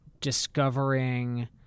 discovering